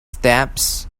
stamps